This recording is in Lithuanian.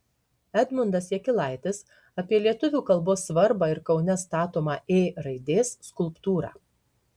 edmundas jakilaitis apie lietuvių kalbos svarbą ir kaune statomą ė raidės skulptūrą